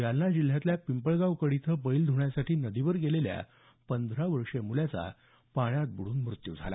जालना जिल्ह्यातल्या पिंपळगाव कड इथे बैल ध्ण्यासाठी नदीवर गेलेल्या पंधरा वर्षीय मुलाचा पाण्यात बुडून मृत्यू झाला